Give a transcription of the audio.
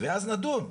ואז לדון,